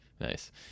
Nice